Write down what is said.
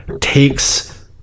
takes